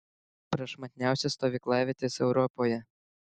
prašmatniausios stovyklavietės europoje